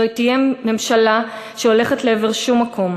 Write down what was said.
זו תהיה ממשלה שהולכת לעבר שום-מקום,